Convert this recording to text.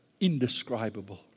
indescribable